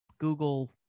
Google